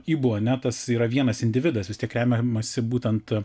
ibuonetas yra vienas individas jis tik remiamasi būtent